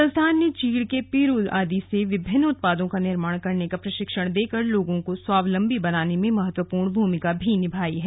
संस्थान ने चीड़ के पिरूल आदि से विभिन्न उत्पादों का निर्माण करने का प्रशिक्षण देकर लोगों को स्वावलंबी बनाने में महत्वपूर्ण भूमिका भी निभाई है